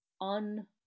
un